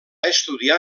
estudiar